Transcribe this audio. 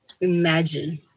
Imagine